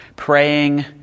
praying